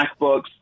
MacBooks